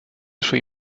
suoi